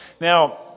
Now